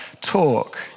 talk